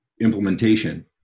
implementation